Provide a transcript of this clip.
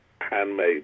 handmade